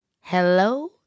Hello